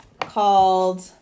called